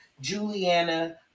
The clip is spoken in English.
Juliana